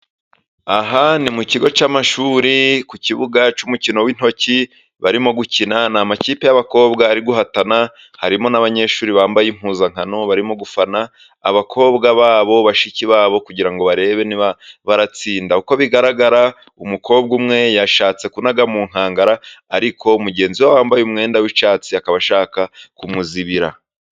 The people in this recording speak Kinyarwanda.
Aha ni mu kigo cy'amashuri, ku kibuga cy'umukino w'intoki, barimo gukina ni amakipe y'abakobwa, ari guhatana, harimo n'abanyeshuri bambaye impuzankano, barimo gufana abakobwa babo, bashiki babo, kugira ngo barebe niba baratsinda, uko bigaragara umukobwa umwe yashatse kunaga mu nkangara, ariko mugenzi we wambaye umwenda w'icyatsi, akaba ashaka kumuzibira.